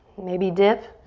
maybe dip.